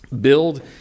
build